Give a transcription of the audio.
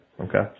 okay